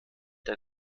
der